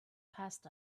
passed